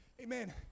amen